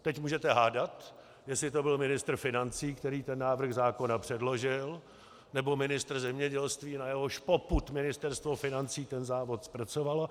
Teď můžete hádat, jestli to byl ministr financí, který ten návrh zákona předložil, nebo ministr zemědělství, na jehož popud Ministerstvo financí ten návrh zpracovalo.